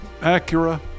Acura